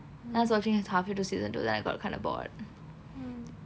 I was watching half way to season two then I got kind of bored